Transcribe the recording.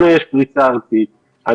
לנו יש פריסה ארצית.